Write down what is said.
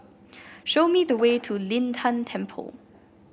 show me the way to Lin Tan Temple